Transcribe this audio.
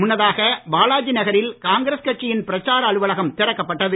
முன்னதாக பாலாஜி நகரில் காங்கிரஸ் கட்சியின் பிரச்சார அலுவலகம் திறக்கப்பட்டது